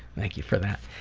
thank you for that.